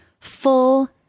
Full-